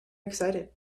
excited